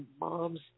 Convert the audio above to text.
mom's